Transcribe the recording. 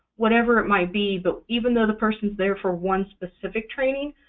whatever it might be, but even though the person is there for one specific training,